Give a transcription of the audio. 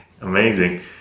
amazing